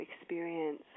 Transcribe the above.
experience